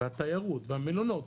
והתיירות והמלונות,